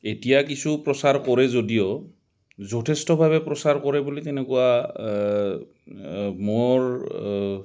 এতিয়া কিছু প্ৰচাৰ কৰে যদিও যথেষ্টভাৱে প্ৰচাৰ কৰে বুলি তেনেকুৱা মোৰ